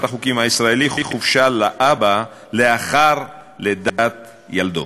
החוקים הישראלי חופשה לאב לאחר לידת ילדו.